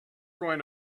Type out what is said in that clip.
going